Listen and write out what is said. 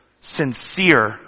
Sincere